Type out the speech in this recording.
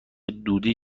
دودی